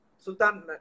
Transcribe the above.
Sultan